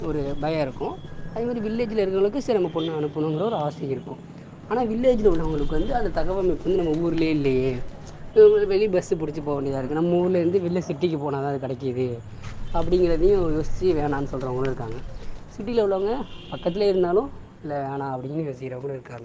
ஒரு பயம் இருக்கும் அது மாதிரி வில்லேஜில் இருக்கிறவங்களுக்கும் சரி நம்ம பொண்ணை அனுப்பணுங்கிற ஒரு ஆசை இருக்கும் ஆனால் வில்லேஜில் உள்ளவங்களுக்கு வந்து அந்த தகவல் அமைப்பு வந்து நம்ம ஊரில் இல்லையே வெளி பஸ் பிடிச்சி போக வேண்டியதாக இருக்குது நம்ம ஊர்லேருந்து வெளில சிட்டிக்கு போனால்தான் அது கிடக்கிது அப்படிங்கறதையும் யோசித்து வேணான்னு சொல்கிறவங்களும் இருக்காங்க சிட்டியில் உள்ளவங்க பக்கத்தில் இருந்தாலும் இல்லை வேணாம் அப்படின்னு யோசிக்கிறவங்களும் இருக்காங்க